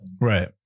Right